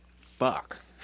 Fuck